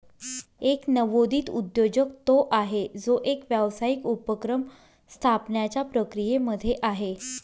एक नवोदित उद्योजक तो आहे, जो एक व्यावसायिक उपक्रम स्थापण्याच्या प्रक्रियेमध्ये आहे